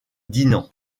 dinant